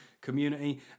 community